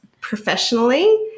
professionally